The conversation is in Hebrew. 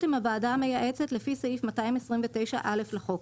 עם הוועדה המייעצת לפי סעיף 229(א) לחוק,